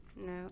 No